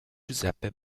giuseppe